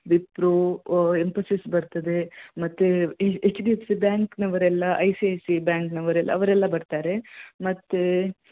ವಿಪ್ರೊ ಇನ್ಫೋಸಿಸ್ ಬರ್ತದೆ ಮತ್ತೆ H H D F C ಬ್ಯಾಂಕ್ನವರೆಲ್ಲ ಐ ಸಿ ಐ ಸಿ ಬ್ಯಾಂಕ್ನವರೆಲ್ಲ ಅವರೆಲ್ಲ ಬರ್ತಾರೆ ಮತ್ತು